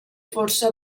força